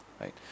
right